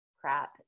crap